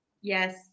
yes